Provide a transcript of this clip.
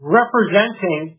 representing